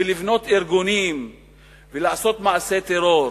ולבנות ארגונים ולעשות מעשי טרור.